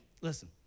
listen